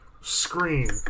screen